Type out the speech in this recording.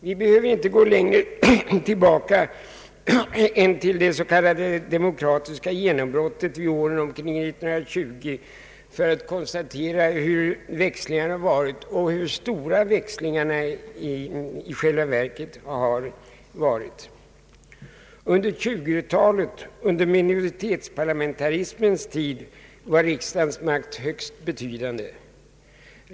Vi behöver inte gå längre tillbaka i tiden än till det s.k. demokratiska genombrottet vid åren omkring 1920 för att konstatera växlingarna och hur stora de i själva verket har varit. Under 1920-talet, minoritetsparlamentarismens tid, var riksdagens makt högst betydande.